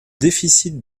déficit